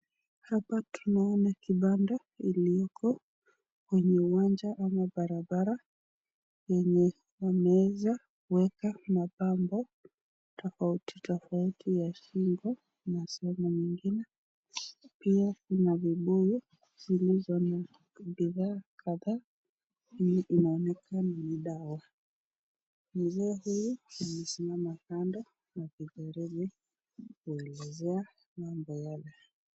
Hapa tunaona kibanda iliyoko kwenye uwanja ama barabara yenye wameweza kuweka mapambo tofauti tofauti ya shingo na sehemu nyingine. Pia ina vibuyu zilizo na bidhaa kadhaa hii inaonyesha ni dawa mzee huyo amesimama kando na kujaribu kuelezea mambo hizi.